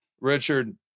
Richard